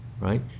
right